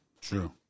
True